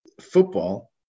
football